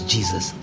Jesus